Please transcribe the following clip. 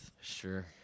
Sure